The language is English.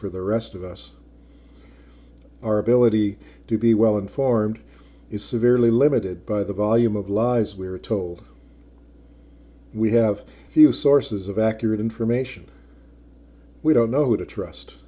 for the rest of us our ability to be well informed is severely limited by the volume of lies we are told we have few sources of accurate information we don't know who to trust